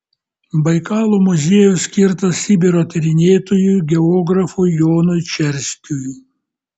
baikalo muziejus skirtas sibiro tyrinėtojui geografui jonui čerskiui